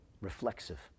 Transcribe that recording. reflexive